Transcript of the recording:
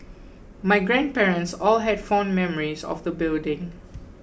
my grandparents all had fond memories of the building